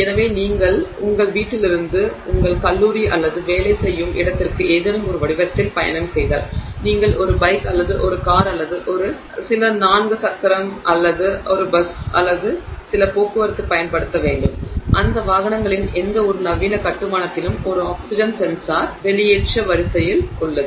எனவே நீங்கள் உங்கள் வீட்டிலிருந்து உங்கள் கல்லூரி அல்லது வேலை செய்யும் இடத்திற்கு ஏதேனும் ஒரு வடிவத்தில் பயணம் செய்தால் நீங்கள் ஒரு பைக் அல்லது ஒரு கார் அல்லது சில நான்கு சக்கர அல்லது ஒரு பஸ் அல்லது சில போக்குவரத்து பயன்படுத்தவேண்டும் அந்த வாகனங்களின் எந்தவொரு நவீன கட்டுமானத்திலும் ஒரு ஆக்சிஜன் சென்சார் வெளியேற்ற வரிசையில் உள்ளது